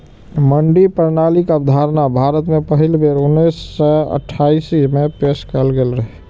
मंडी प्रणालीक अवधारणा भारत मे पहिल बेर उन्नैस सय अट्ठाइस मे पेश कैल गेल रहै